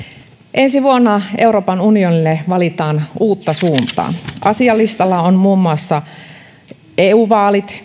ensi vuonna euroopan unionille valitaan uutta suuntaa asialistalla on muun muassa eu vaalit